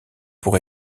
pour